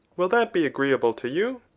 will that be agreeable to you?